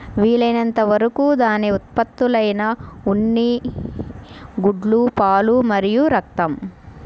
వీలైనంత వరకు దాని ఉత్పత్తులైన ఉన్ని, గుడ్లు, పాలు మరియు రక్తం